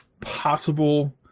possible